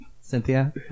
Cynthia